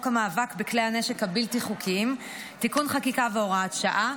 המאבק בכלי הנשק הבלתי-חוקיים (תיקון חקיקה והוראת שעה),